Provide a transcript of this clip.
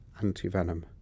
antivenom